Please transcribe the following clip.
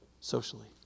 Socially